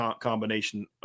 combination